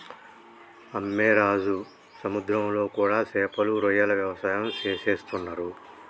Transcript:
అమ్మె రాజు సముద్రంలో కూడా సేపలు రొయ్యల వ్యవసాయం సేసేస్తున్నరు